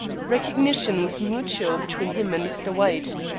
recognition was mutual between him and mr. white.